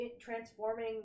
transforming